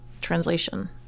translation